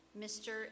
Mr